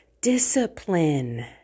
discipline